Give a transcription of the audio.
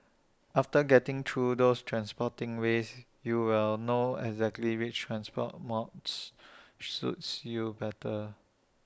after getting through those transporting ways you will know exactly which transport modes suits you better